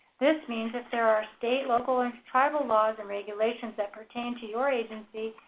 this means if there are state, local, or tribal laws and regulations that pertain to your agency,